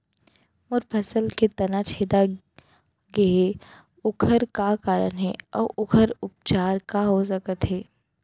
मोर फसल के तना छेदा गेहे ओखर का कारण हे अऊ ओखर उपचार का हो सकत हे?